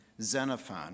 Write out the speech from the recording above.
Xenophon